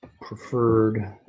preferred